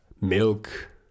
milk